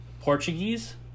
Portuguese